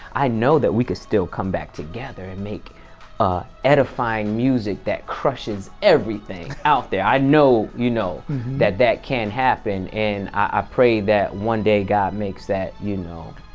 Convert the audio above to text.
i know we can still come back together and make edifying music that crushes everything out there. i know you know that that can happen. and i pray that one day god makes that, you know,